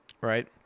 right